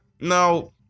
Now